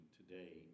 today